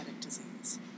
disease